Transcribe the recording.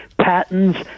patents